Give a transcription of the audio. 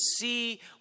see